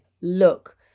look